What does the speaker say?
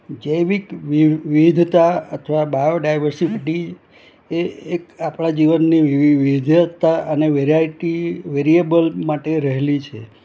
જૈવિક વિવિધતા અથવા બાયોડાયવર્સિટી એ એક આપણાં જીવનની વિવિધતા અને વેરાયટી વેરિયેબલ માટે રહેલી છે